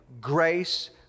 grace